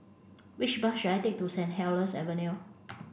which bus should I take to Saint Helier's Avenue